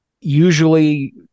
usually